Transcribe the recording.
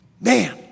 man